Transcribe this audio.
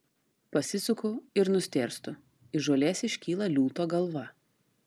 pasisuku ir nustėrstu iš žolės iškyla liūto galva